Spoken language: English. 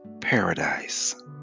paradise